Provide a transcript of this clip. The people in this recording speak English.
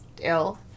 ill